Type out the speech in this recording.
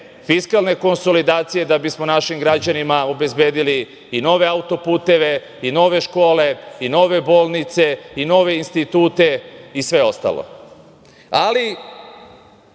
fiskalne konsolidacije da bismo našim građanima obezbedili i nove autoputeve, nove škole, nove bolnice, nove institute i sve ostalo,